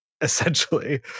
essentially